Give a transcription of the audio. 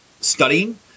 studying